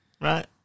Right